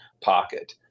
pocket